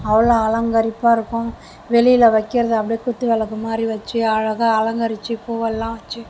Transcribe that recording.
அவ்வளோ அலங்கரிப்பாக இருக்கும் வெளியில் வைக்கிறது அப்படியே குத்துவிளக்கு மாதிரி வச்சு அழகாக அலங்கரித்து பூவெல்லாம் வச்சு